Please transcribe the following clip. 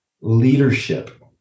leadership